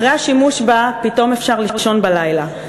אחרי השימוש בה פתאום אפשר לישון בלילה,